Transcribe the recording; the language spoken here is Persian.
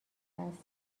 است